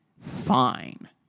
fine